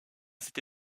cette